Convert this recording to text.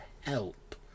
help